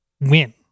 win